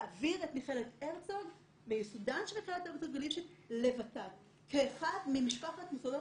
להעביר את מכללת הרצוג מיסודה של מכללת הרצוג וליפשיץ,